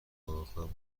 اقامتم